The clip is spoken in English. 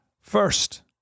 first